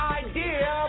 idea